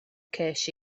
ces